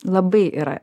labai yra